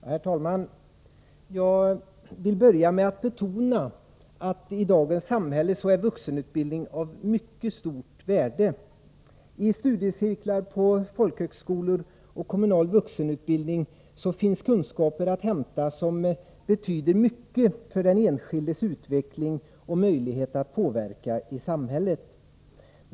Herr talman! Jag vill börja med att betona att vuxenutbildning är av mycket stort värde i dagens samhälle. I studiecirklar, på folkhögskolor och i kommunal vuxenutbildning finns kunskaper att hämta som betyder mycket för den enskildes utveckling och möjlighet att påverka i samhället.